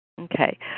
Okay